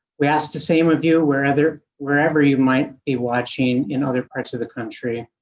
we ask the same of you wherever, wherever you might be watching in other parts of the country.